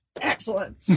Excellent